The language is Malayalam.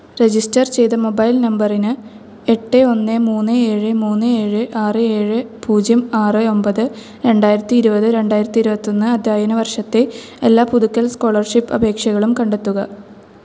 രജിസ്റ്റർ ചെയ്ത മൊബൈൽ നമ്പറിന് എട്ട് ഒന്ന് മൂന്ന് ഏഴ് മൂന്ന് ഏഴ് ആറ് ഏഴ് പൂജ്യം ആറ് ഒമ്പത് രണ്ടായിരത്തി ഇരുപത് രണ്ടായിരത്തി ഇരുപത്തൊന്ന് അധ്യയന വർഷത്തെ എല്ലാ പുതുക്കൽ സ്കോളർഷിപ്പ് അപേക്ഷകളും കണ്ടെത്തുക